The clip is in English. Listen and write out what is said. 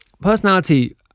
personality